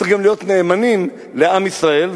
צריך גם להיות נאמנים לעם ישראל,